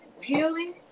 healing